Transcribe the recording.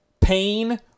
pain